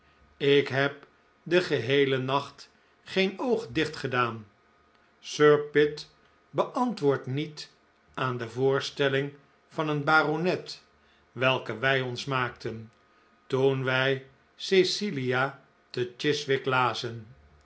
ik heb den geheelen nacht geen oog dicht gedaan sir pitt beantwoordt niet aan de voorstelling van een baronet welke wij onsmaakten toen wij cecila te chiswick lazen